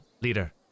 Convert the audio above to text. leader